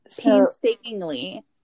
painstakingly